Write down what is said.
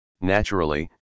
naturally